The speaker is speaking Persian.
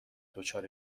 دچار